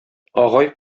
агай